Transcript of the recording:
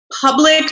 public